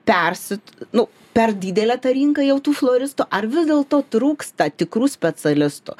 persit nu per didelė ta rinka jau tų floristų ar vis dėlto trūksta tikrų specialistų